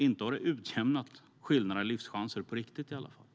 Inte har det utjämnat skillnaderna i livschanser på riktigt i alla fall.